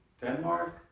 Denmark